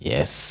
Yes